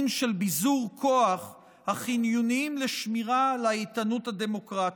של ביזור כוח החיוניים לשמירה על האיתנות הדמוקרטית.